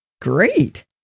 great